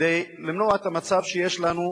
כדי למנוע את המצב שיש לנו